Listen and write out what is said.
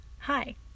Hi